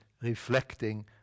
reflecting